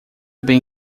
bem